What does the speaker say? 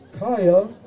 Kaya